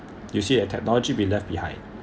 you see a technology be left behind